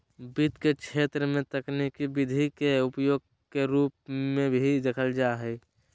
वित्त के क्षेत्र में तकनीकी विधि के उपयोग के रूप में भी देखल जा हइ